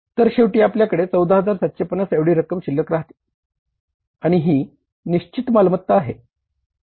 तरशेवटी आपल्याकडे 14750 एवढी रक्कम शिल्लक राहते आणि ही निशचित मालमत्ता आहे